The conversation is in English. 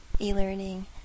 e-learning